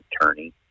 attorney